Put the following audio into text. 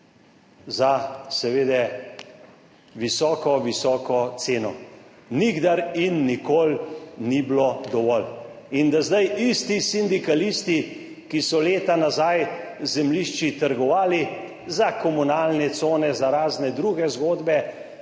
za seveda visoko, visoko ceno. Nikdar in nikoli ni bilo dovolj in da zdaj isti sindikalisti, ki so leta nazaj z zemljišči trgovali za komunalne cone, za razne druge zgodbe,